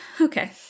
okay